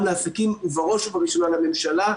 גם לעסקים ובראש ובראשונה לממשלה,